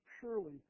Surely